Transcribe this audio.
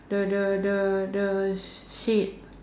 the the the the seat